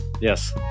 Yes